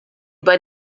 bei